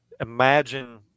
imagine